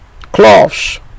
cloths